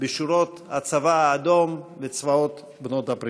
בשורות הצבא האדום וצבאות בעלות הברית.